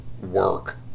work